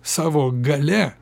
savo galia